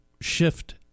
shift